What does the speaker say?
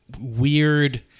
weird